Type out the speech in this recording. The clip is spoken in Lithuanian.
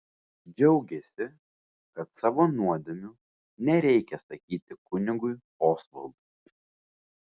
džiaugėsi kad savo nuodėmių nereikia sakyti kunigui osvaldui